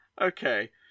okay